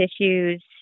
issues